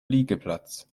liegeplatz